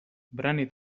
brani